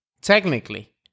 technically